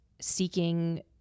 seeking